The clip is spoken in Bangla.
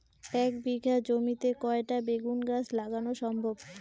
এক বিঘা জমিতে কয়টা বেগুন গাছ লাগানো সম্ভব?